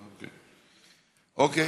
אוקיי.